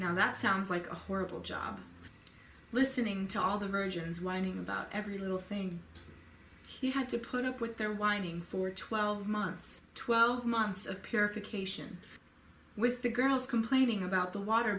now that sounds like a horrible job listening to all the versions whining about every little thing he had to put up with their whining for twelve months twelve months of purification with the girls complaining about the water